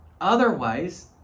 otherwise